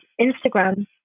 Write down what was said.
Instagram